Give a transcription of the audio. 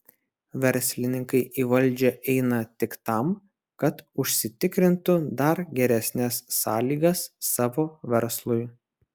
verslininkai į valdžią eina tik tam kad užsitikrintų dar geresnes sąlygas savo verslui